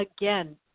again